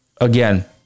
again